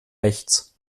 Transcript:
rechts